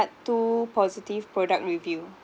two positive product review